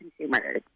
consumers